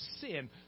sin